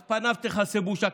אז פניו תכסה בושה.